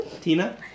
Tina